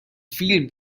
فیلم